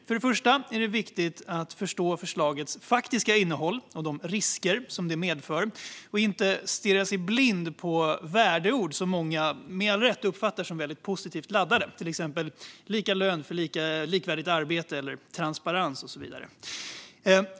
För det första är det viktigt att förstå förslagets faktiska innehåll och de risker som de medför och inte stirra sig blind på värdeord som många med all rätt uppfattar som positivt laddade, till exempel "lika lön för likvärdigt arbete", "transparens" och så vidare.